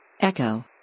Echo